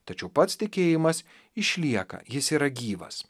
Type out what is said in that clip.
tačiau pats tikėjimas išlieka jis yra gyvas